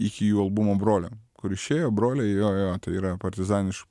iki jų albumo broliam kur išėjo broliai jo jo yra partizaniš